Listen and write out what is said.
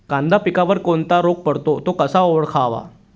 कांदा पिकावर कोणता रोग पडतो? तो कसा ओळखावा?